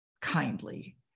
kindly